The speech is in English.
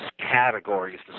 categories